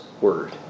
word